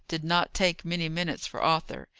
did not take many minutes for arthur.